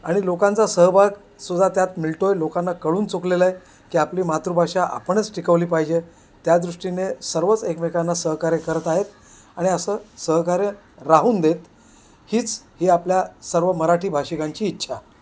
आणि लोकांचा सहभाग सुद्धा त्यात मिळतो आहे लोकांना कळून चुकलेलं आहे की आपली मातृभाषा आपणच टिकवली पाहिजे त्या दृष्टीने सर्वच एकमेकांना सहकार्य करत आहेत आणि असं सहकार्य राहून देत हीच ही आपल्या सर्व मराठी भाषिकांची इच्छा